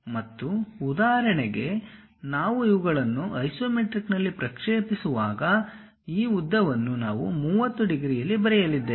ಮತ್ತು ಉದಾಹರಣೆಗೆ ನಾವು ಇವುಗಳನ್ನು ಐಸೊಮೆಟ್ರಿಕ್ನಲ್ಲಿ ಪ್ರಕ್ಷೇಪಿಸುವಾಗ ಈ ಉದ್ದವನ್ನು ನಾವು 30 ಡಿಗ್ರಿಯಲ್ಲಿ ಬರೆಯಲಿದ್ದೇವೆ